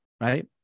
right